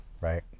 Right